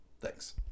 Thanks